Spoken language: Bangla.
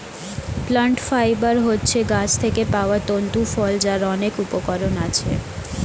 প্লান্ট ফাইবার হচ্ছে গাছ থেকে পাওয়া তন্তু ফল যার অনেক উপকরণ আছে